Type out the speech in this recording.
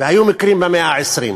והיו מקרים במאה ה-20.